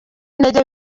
intege